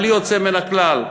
בלי יוצא מן הכלל.